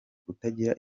kutagira